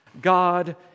God